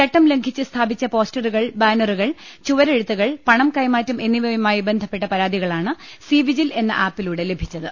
ചട്ടം ലംഘിച്ച് സ്ഥാപിച്ച പോസ്റ്ററുകൾ ബാനറുകൾ ചുവരെഴുത്തുകൾ പണം കൈമാറ്റം എന്നിവയുമായി ബന്ധപ്പെട്ട പരാതികളാണ് സി വിജിൽ എന്ന ആപ്പിലൂടെ ലഭിച്ചത്